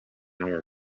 hour